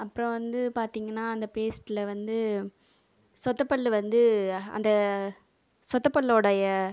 அப்புறம் வந்து பார்த்தீங்கன்னா அந்த பேஸ்ட்டில் வந்து சொத்தை பல்லு வந்து அந்த சொத்தை பல்லோடைய